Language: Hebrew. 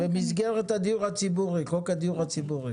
במסגרת חוק הדיור הציבורי.